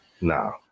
No